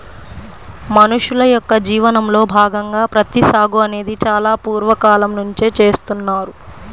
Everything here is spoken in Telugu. మనుషుల యొక్క జీవనంలో భాగంగా ప్రత్తి సాగు అనేది చాలా పూర్వ కాలం నుంచే చేస్తున్నారు